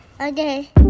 Okay